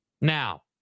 Now